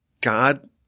God